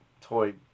toy